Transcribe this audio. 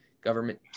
government